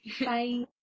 Bye